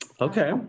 Okay